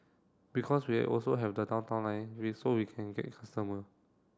because we are also have the Downtown Line we so we can still get customer